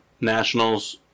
Nationals